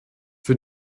für